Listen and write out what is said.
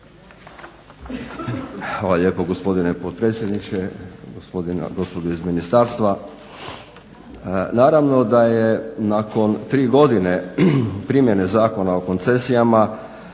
Hvala lijepo gospodine potpredsjedniče. Gospodo iz ministarstva. Naravno da je nakon tri godine primjene Zakona o koncesijama